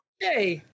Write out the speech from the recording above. Hey